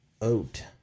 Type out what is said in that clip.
oat